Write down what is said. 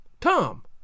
Tom